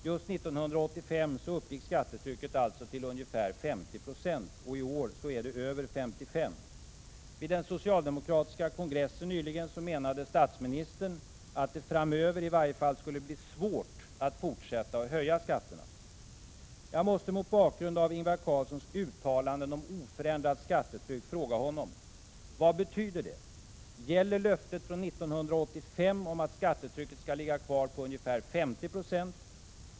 Just 1985 uppgick skattetrycket alltså till ca 50 90, och i år är det över 55 90. Vid den socialdemokratiska kongressen menade statsministern att det framöver i varje fall skulle bli svårt att fortsätta att höja skatterna. Jag måste mot bakgrund av Ingvar Carlssons uttalanden om oförändrat skattetryck fråga honom: Vad betyder det? Gäller löftet från 1985 om att skattetrycket skall ligga kvar på 50 26?